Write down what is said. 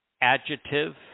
adjective